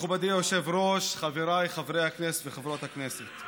מכובדי היושב-ראש, חבריי חברי הכנסת וחברות הכנסת,